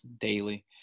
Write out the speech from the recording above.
daily